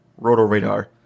rotoradar